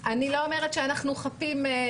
אני לא אומרת שאנחנו חפים.